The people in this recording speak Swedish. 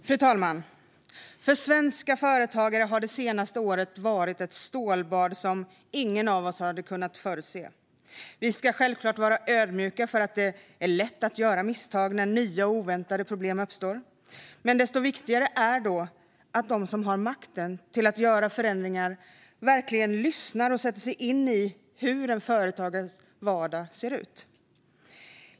Fru talman! För svenska företagare har det senaste året varit ett stålbad som ingen av oss hade kunnat förutse. Vi ska självklart vara ödmjuka för att det är lätt att göra misstag när nya och oväntade problem uppstår. Men desto viktigare är då att de som har makten att göra förändringar verkligen lyssnar och sätter sig in i hur en företagares vardag ser ut.